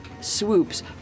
swoops